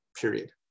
Period